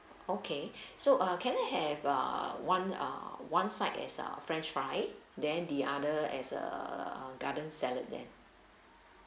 okay so uh can I have err one uh one side as a french fries then the other as a garden salad then